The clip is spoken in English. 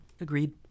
Agreed